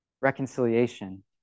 reconciliation